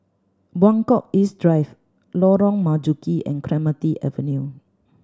Buangkok East Drive Lorong Marzuki and Clementi Avenue